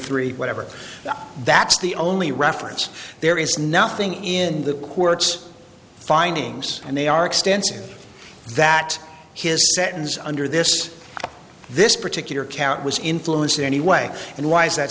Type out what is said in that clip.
three whatever that's the only reference there is nothing in the court's findings and they are extensive that his sentence under this this particular count was influenced in any way and why is that